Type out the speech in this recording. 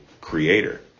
creator